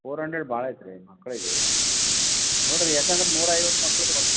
four hundred ಭಾಳ ಆಯ್ತು ರೀ ಮಕ್ಕಳಿಗೆ ನೋಡಿ ರೀ ಯಾಕಂದ್ರೆ ನೂರಾ ಐವತ್ತು ಮಕ್ಳಿಗೆ ಹೊಲ್ದು